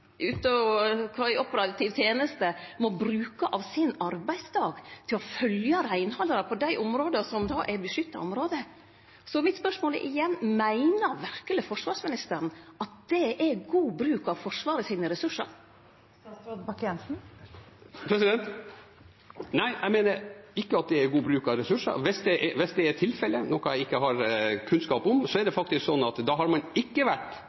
i operativ teneste, må bruke av arbeidsdagen sin for å følgje reinhaldarar på dei beskytta områda. Spørsmålet mitt er igjen: Meiner forsvarsministeren verkeleg at det er god bruk av Forsvarets ressursar? Nei, jeg mener ikke at det er god bruk av ressurser. Hvis det er tilfellet – noe jeg ikke har kunnskap om – har man ikke vært god som innkjøper, for da har man ikke